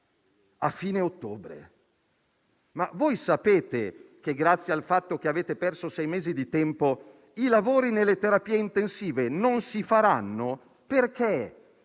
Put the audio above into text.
A fine ottobre? Ma voi sapete che, grazie al fatto che avete perso sei mesi di tempo, i lavori nelle terapie intensive non si faranno, perché,